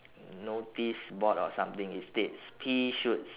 noticeboard or something it states pea shoots